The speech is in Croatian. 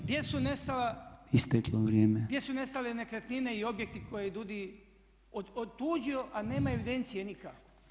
Gdje su nestala [[Upadica Podolnjak: Isteklo vrijeme.]] Gdje su nestale nekretnine i objekti koje je DUDI otuđio a nemaju evidencije nikako.